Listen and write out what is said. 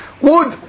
wood